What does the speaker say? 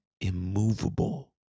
immovable